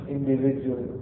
individual